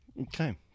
Okay